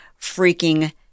freaking